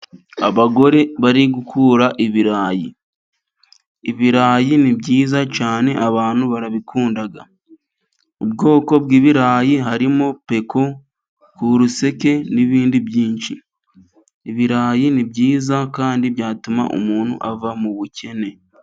Abagore bari gukura ibirayi, ibirayi ni byiza cyane abantu barabikunda. Ubwoko bw'ibirayi harimo peku, kuruseke n'ibindi byinshi. Ibirayi ni byiza kandi byatuma umuntu ava mu bukene.